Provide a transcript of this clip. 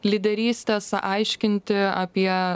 lyderystės aiškinti apie